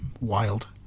Wild